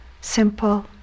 Simple